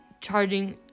charging